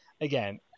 Again